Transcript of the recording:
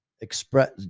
express